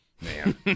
man